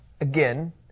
Again